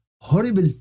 horrible